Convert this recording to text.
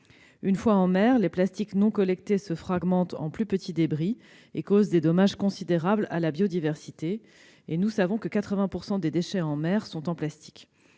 Une fois en mer, les plastiques non collectés se fragmentent en plus petits débris, causant des dommages considérables à la biodiversité. Nous savons que 80 % des déchets en mer sont en plastique.